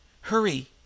hurry